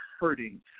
hurting